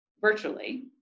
virtually